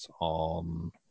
on